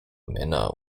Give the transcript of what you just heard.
männer